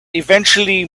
eventually